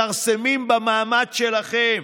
מכרסמים במעמד שלכם.